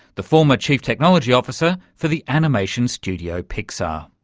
the former chief technology officer for the animation studio pixar.